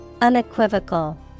Unequivocal